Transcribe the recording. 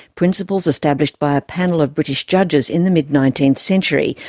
principles established by a panel of british judges in the mid nineteenth century,